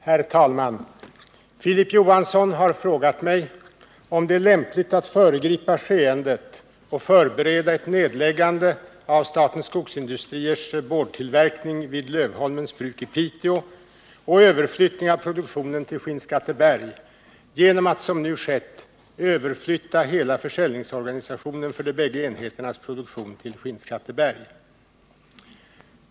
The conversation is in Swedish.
Herr talman! Filip Johansson har frågat mig om det är lämpligt att föregripa skeendet och förbereda ett nedläggande av AB Statens Skogsindustriers boardtillverkning vid Lövholmens bruk i Piteå och en överflyttning av produktionen till Skinnskatteberg genom att som nu skett överflytta hela försäljningsorganisationen för de bägge enheternas produktion till Skinnskatteberg.